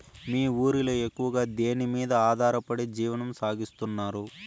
మీ ఊరిలో ఎక్కువగా దేనిమీద ఆధారపడి జీవనం సాగిస్తున్నారు?